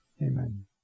Amen